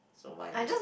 why you what